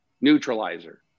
neutralizer